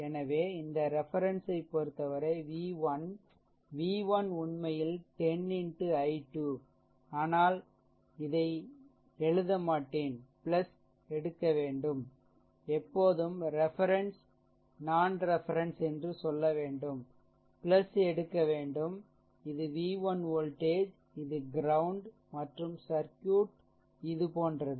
எனவே இந்த ரெஃபெர்ன்ஸ் ஐப் பொறுத்தவரை v1 v1உண்மையில் 10Xi2 ஆனால் இதை எழுத மாட்டேன் எடுக்க வேண்டும் எப்போதும் ரெஃபெர்ன்ஸ் நான்ரெஃபெர்ன்ஸ் என்று சொல்ல வேண்டும் எடுக்க வேண்டும் இது v1 வோல்டேஜ் இது க்ரௌண்ட் மற்றும் சர்க்யூட்இது போன்றது